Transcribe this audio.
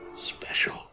special